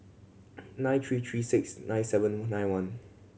nine three three six nine seven nine one